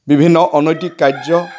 বিভিন্ন অনৈতিক কাৰ্য